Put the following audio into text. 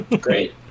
Great